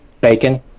bacon